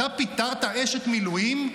אתה פיטרת אשת מילואים,